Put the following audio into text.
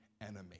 enemy